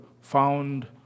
found